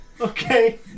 Okay